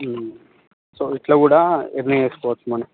so ఇట్లా కూడా earn చేసుకోవచ్చు మనీ